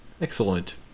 Excellent